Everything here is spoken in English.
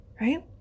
Right